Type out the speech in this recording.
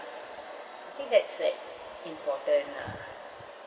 I think that's like important ah